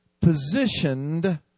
positioned